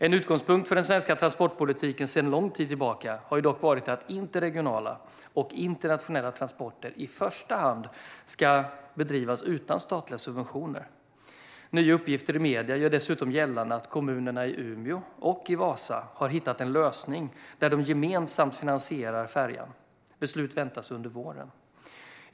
En utgångspunkt för den svenska transportpolitiken sedan lång tid tillbaka har dock varit att interregionala och internationella transporter i första hand ska bedrivas utan statliga subventioner. Nya medieuppgifter gör dessutom gällande att kommunerna i Umeå och Vasa har hittat en lösning där de gemensamt finansierar färjan. Beslut väntas under våren.